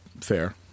fair